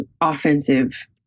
offensive